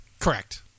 Correct